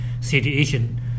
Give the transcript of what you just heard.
situation